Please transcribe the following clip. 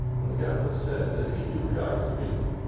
and the countess said, she's too shy to speak,